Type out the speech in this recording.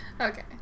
okay